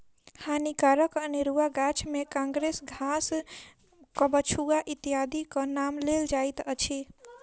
हानिकारक अनेरुआ गाछ मे काँग्रेस घास, कबछुआ इत्यादिक नाम लेल जाइत अछि